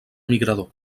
migrador